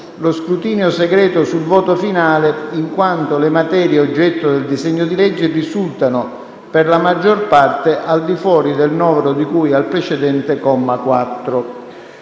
lo scrutinio segreto sul voto finale, in quanto le materie oggetto del disegno di legge risultano, per la maggior parte, al di fuori del novero di cui al precedente comma 4.